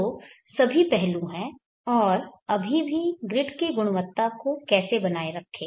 तो सभी पहलु हैं और अभी भी ग्रिड की गुणवत्ता को कैसे बनाए रखें